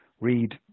read